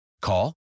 Call